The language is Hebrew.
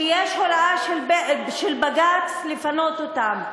שיש הוראה של בג"ץ לפנות אותם.